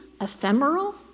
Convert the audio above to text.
ephemeral